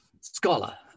Scholar